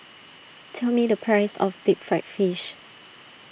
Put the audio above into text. tell me the price of Deep Fried Fish